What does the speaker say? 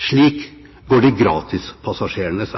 Slik går de gratispassasjerenes